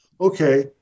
okay